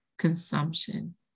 consumption